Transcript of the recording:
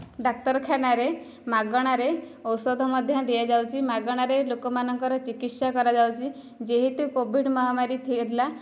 ଡାକ୍ତରଖାନାରେ ମାଗଣାରେ ଔଷଧ ମଧ୍ୟ ଦିଆଯାଉଛି ମାଗଣାରେ ଲୋକମାନଙ୍କର ଚକିତ୍ସା କରାଯାଉଛି ଯେହେତୁ କୋଭିଡ଼ ମହାମାରୀ ଥିଲା